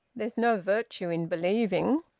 there's no virtue in believing.